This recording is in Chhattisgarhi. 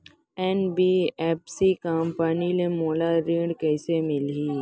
एन.बी.एफ.सी कंपनी ले मोला ऋण कइसे मिलही?